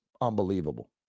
unbelievable